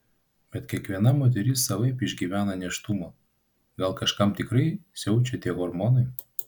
bet kiekviena moteris savaip išgyvena nėštumą gal kažkam tikrai siaučia tie hormonai